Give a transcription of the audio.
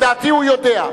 את דעתי הוא יודע.